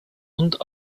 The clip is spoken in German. und